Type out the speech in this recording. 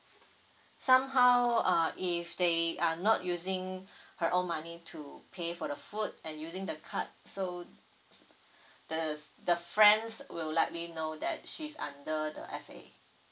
somehow uh if they are not using her own money to pay for the food and using the card so the the friends will likely know that she's under the F_A